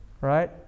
Right